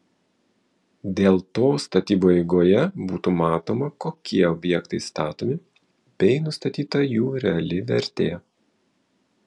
dėl to statybų eigoje būtų matoma kokie objektai statomi bei nustatyta jų reali vertė